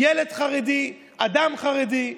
ילד חרדי, אדם חרדי.